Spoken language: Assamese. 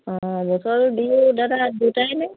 অঁ বছৰটোত বিহু দাদা দুটাইনে